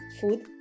food